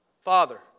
Father